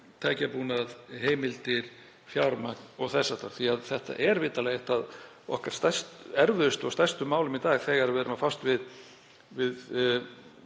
tækjabúnað, heimildir, fjármagn og þess háttar. Þetta er vitanlega eitt af okkar erfiðustu og stærstu málum í dag. Þegar við erum að fást við